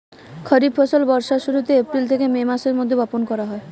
খরিফ ফসল বর্ষার শুরুতে, এপ্রিল থেকে মে মাসের মধ্যে বপন করা হয়